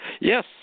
Yes